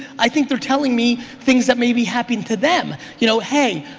i think you're telling me things that maybe happened to them. you know hey,